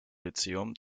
lyzeum